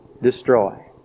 Destroy